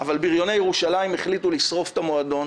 אבל ביריוני ירושלים החליטו לשרוף את המועדון